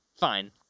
fine